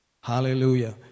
Hallelujah